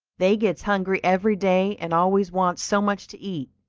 they gets hungry every day, and always wants so much to eat.